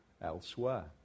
elsewhere